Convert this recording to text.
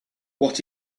what